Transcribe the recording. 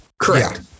Correct